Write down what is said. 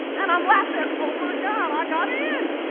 and i'm laughing at, oh my god, i got in.